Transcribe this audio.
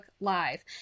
Live